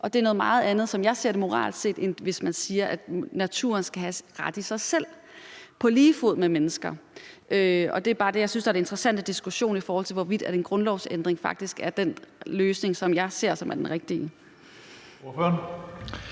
set noget helt andet, som jeg ser det, end hvis man siger, at naturen skal have en ret i sig selv på lige fod med mennesker. Det er bare det, jeg synes er den interessante diskussion, i forhold til hvorvidt en grundlovsændring faktisk er den rigtige løsning. Det ser jeg det